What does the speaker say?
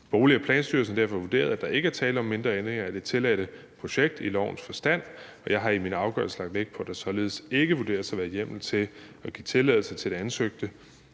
Bolig- og Planstyrelsen har derfor vurderet, at der ikke er tale om mindre ændringer af det tilladte projekt i lovens forstand. Og jeg har i min afgørelse lagt vægt på, at der således ikke vurderes at være hjemmel til at give tilladelse til det ansøgte.